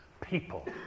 people